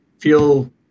feel